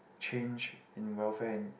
change in welfare in